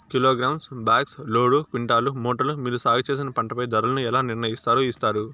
Kilogram, box, load, quintal, మూటలు మీరు సాగు చేసిన పంటపై ధరలను ఎలా నిర్ణయిస్తారు యిస్తారు?